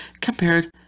compared